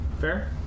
Fair